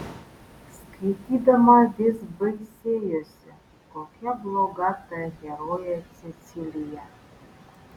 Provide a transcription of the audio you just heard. skaitydama vis baisėjosi kokia bloga ta herojė cecilija